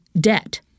debt